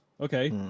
Okay